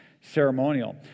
ceremonial